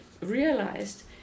realized